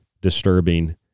disturbing